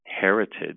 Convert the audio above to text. heritage